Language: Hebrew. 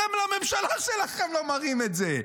אתם, לממשלה שלכם לא מראים את זה.